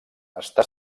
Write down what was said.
està